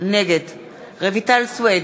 נגד רויטל סויד,